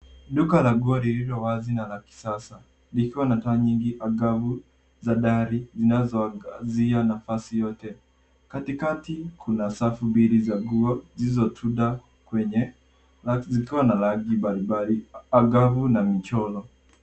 Duka la nguo lililowazi na la kisasa likiwa na taa nyingi angavu za dari zinazoangazia nafasi yote katikati kuna safu mbili za nguo zilizotunda kwenye zikiwa na rangi mbalimbali angavu na michoro.